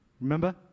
Remember